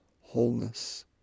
wholeness